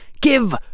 give